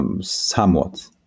somewhat